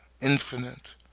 infinite